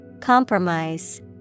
Compromise